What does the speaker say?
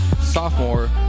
sophomore